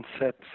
sets